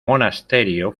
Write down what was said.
monasterio